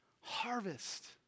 harvest